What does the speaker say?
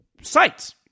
sites